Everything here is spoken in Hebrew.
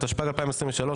התשפ"ג-2023,